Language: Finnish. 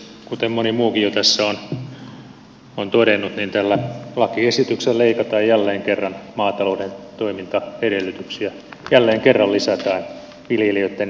kuten moni muukin tässä on jo todennut tällä lakiesityksellä leikataan jälleen kerran maatalouden toimintaedellytyksiä jälleen kerran lisätään viljelijöitten kustannuksia